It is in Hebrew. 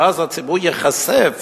ואז הציבור ייחשף